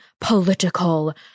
political